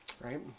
Right